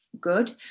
good